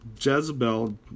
Jezebel